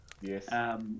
Yes